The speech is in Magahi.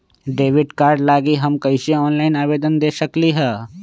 डेबिट कार्ड लागी हम कईसे ऑनलाइन आवेदन दे सकलि ह?